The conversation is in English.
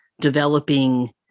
developing